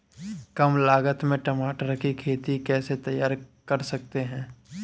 कम लागत में टमाटर की खेती कैसे तैयार कर सकते हैं?